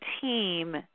team